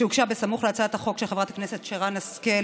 שהוגשה סמוך להצעת החוק של חברת הכנסת שרן השכל,